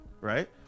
right